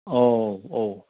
औ औ